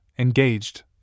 engaged